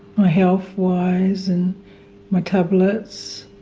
my health-wise and my tablets.